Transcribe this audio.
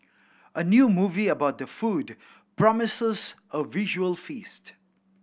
a new movie about the food promises a visual feast